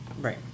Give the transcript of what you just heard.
Right